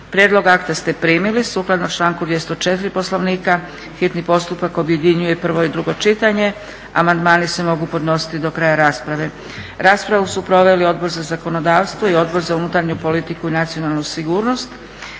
Prijedlog akta ste primili. Sukladno članku 204. Poslovnika, hitni postupak objedinjuje prvo i drugo čitanje. Amandmani se mogu podnositi do kraja rasprave. Raspravu su proveli Odbor za zakonodavstvo i Odbor za unutarnju politiku i nacionalnu sigurnost.